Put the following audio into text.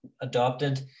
adopted